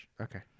Okay